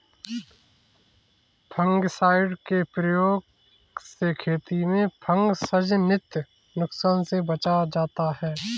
fungicide के प्रयोग से खेती में फँगसजनित नुकसान से बचा जाता है